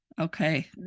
Okay